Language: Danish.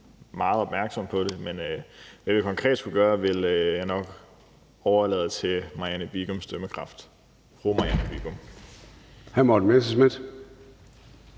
være meget opmærksomme på det. Men hvad vi konkret skulle gøre, vil jeg nok overlade til fru Marianne Bigums dømmekraft.